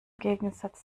gegensatz